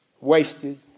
wasted